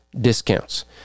discounts